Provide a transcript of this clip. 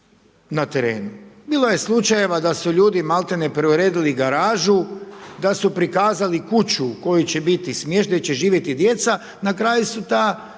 na terenu. Bilo je slučajeva da su ljudi maltene preuredili garažu, da su prikazali kuću u kojoj će biti smješteni, gdje će živjeti djeca, na kraju su ta